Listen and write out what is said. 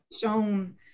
shown